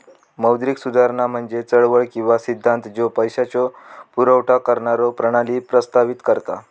मौद्रिक सुधारणा म्हणजे चळवळ किंवा सिद्धांत ज्यो पैशाचो पुरवठा करणारो प्रणाली प्रस्तावित करता